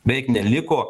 beveik neliko